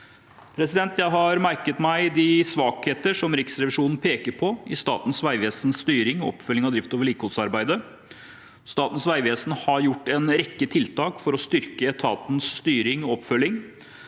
Jeg har merket meg de svakhetene Riksrevisjonen peker på i Statens vegvesens styring og oppfølging av drifts- og vedlikeholdsarbeidet. Statens vegvesen har gjort en rekke tiltak for å styrke etatens styring og oppfølging.